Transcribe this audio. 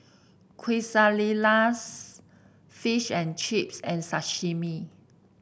Quesadillas Fish and Chips and Sashimi